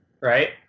right